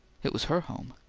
it was her home.